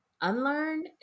unlearn